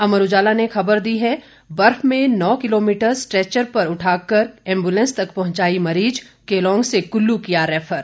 अमर उजाला ने खबर दी है बर्फ में नौ किलोमीटर स्ट्रेचर पर उठाकर एंबुलेंस तक पहुंचाई मरीज केलांग से कुल्लू किया रेफर